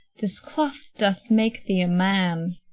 this cloth doth make thee a man.